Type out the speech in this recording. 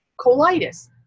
colitis